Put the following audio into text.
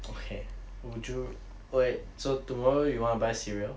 okay would you wait so tomorrow you want to buy cereal